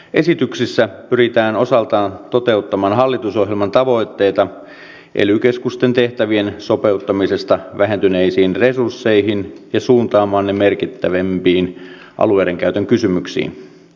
esityksessä pyritään osaltaan toteuttamaan hallitusohjelman tavoitteita ely keskusten tehtävien sopeuttamisesta vähentyneisiin resursseihin ja suuntaamaan ne merkittävämpiin alueiden käytön kysymyksiin